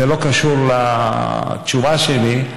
זה לא קשור לתשובה שלי,